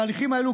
התהליכים האלה,